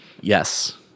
Yes